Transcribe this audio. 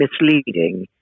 misleading